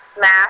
math